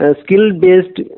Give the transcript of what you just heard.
skill-based